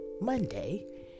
Monday